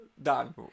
Done